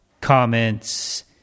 comments